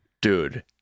dude